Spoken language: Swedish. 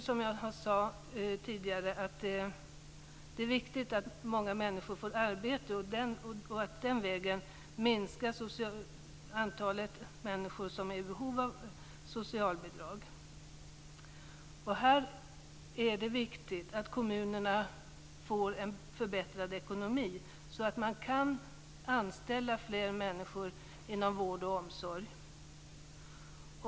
Som jag sade tidigare tycker vi att det är viktigt att många människor får arbete så att antalet människor som är i behov av socialbidrag kan minskas den vägen. Därför är det viktigt att kommunerna får en förbättrad ekonomi så att de kan anställa fler människor inom vård och omsorg.